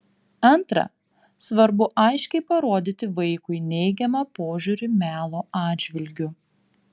antra svarbu aiškiai parodyti vaikui neigiamą požiūrį melo atžvilgiu